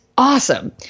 awesome